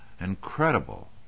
Incredible